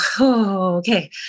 Okay